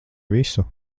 visu